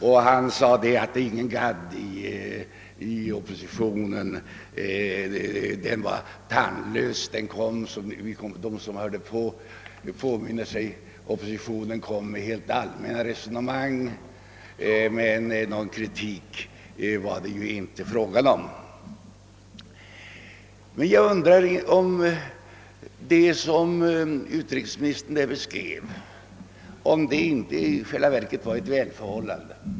Han sade att det inte är någon gadd i oppositionen som han betecknade som tandlös. Den framförde enbart allmänna resonemang utan förmåga till någon kritik. Jag undrar om inte det som utrikesministern beskrev på det sättet i själva verket representerar ett välförhållande.